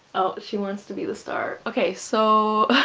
oh she wants to be the star okay so,